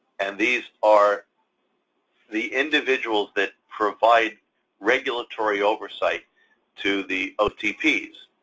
and these are the individuals that provide regulatory oversight to the otps.